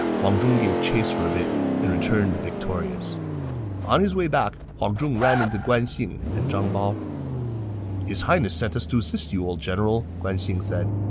huang zhong gave chase for a bit and returned victorious on his way back, huang um zhong ran into guan xing and zhang bao his highness sent us to assist you, old general, guan xing said.